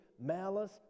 malice